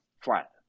Flat